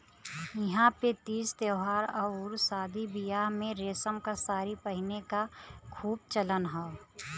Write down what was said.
इहां पे तीज त्यौहार आउर शादी बियाह में रेशम क सारी पहिने क खूब चलन हौ